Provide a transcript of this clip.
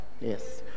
yes